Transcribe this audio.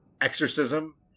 exorcism